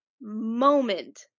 moment